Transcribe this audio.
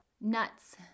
nuts